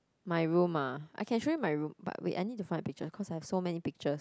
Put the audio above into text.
my room ah I can show you my room but wait I need to find the picture cause I've so many pictures